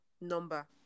number